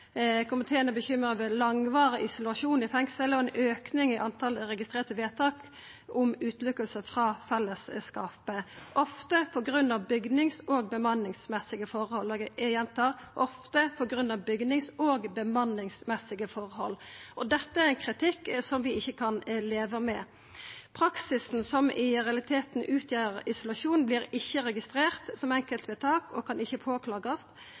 Komiteen er bekymra over langvarig isolasjon i fengsel og ein auke i talet på registrerte vedtak om utelukking frå fellesskapen, ofte på grunn av bygnings- og bemanningsmessige forhold. Eg gjentar: ofte på grunn av bygnings- og bemanningsmessige forhold. Dette er kritikk som vi ikkje kan leva med. Praksisen som i realiteten utgjer isolasjon, vert ikkje registrert som enkeltvedtak og kan ikkje påklagast.